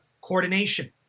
coordination